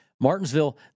Martinsville